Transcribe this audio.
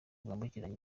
bwambukiranya